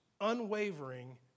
unwavering